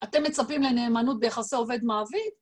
אתם מצפים לנאמנות ביחסי עובד מעביד?